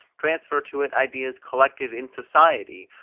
transfer to it ideas collected in society,